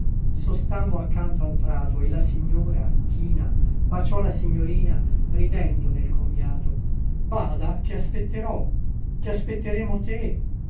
e sostammo accanto a un prato e la signora china baciò la signorina ridendo nel commiato bada che aspetterò che aspetteremo te